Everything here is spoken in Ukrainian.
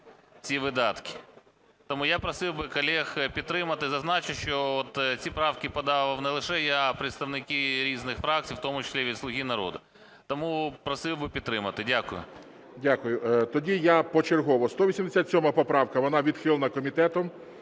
ці видатки. Тому я просив би колег підтримати. Зазначу, що от ці правки подав не лише я, а й представники різних фракцій, в тому числі від "Слуги народу". Тому просив би підтримати. Дякую. ГОЛОВУЮЧИЙ. Дякую. Тоді я почергово. 187 поправка, вона відхилена комітетом.